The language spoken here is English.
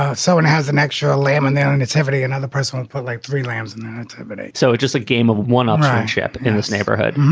ah so has an extra laminate and it's every and other person and put like three lambs in that activity so it's just a game of one um shop in this neighborhood.